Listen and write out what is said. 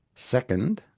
second,